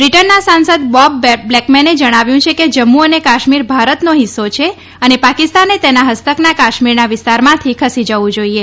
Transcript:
બ્રીટનના સાંસદ બોબ બ્લેકમેને જણાવ્યું છે કે જમ્મ્ અને કાશ્મીર ભારતનો હિસ્સો છે અને પાકિસ્તાને તેના ફસ્તકના કાશ્મીરના વિસ્તારમાંથી ખસી જવું જાઈએ